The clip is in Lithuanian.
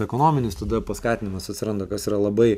ekonominis tada paskatinimas atsiranda kas yra labai